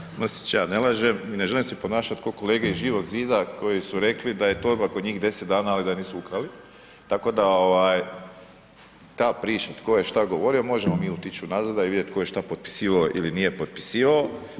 Kolega Mrsić, ja ne lažem ne želim se ponašati ko kolege iz Živog zida koji su rekli da je torba kod njih 10 dana, ali da je nisu ukrali, tako da ovaj ta priča tko je šta govorio, možemo mi otići unazad, a i vidjet tko je šta potpisivao ili nije potpisivao.